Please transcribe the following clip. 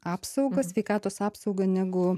apsaugą sveikatos apsaugą negu